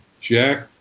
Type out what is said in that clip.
Jack